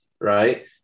right